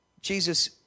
Jesus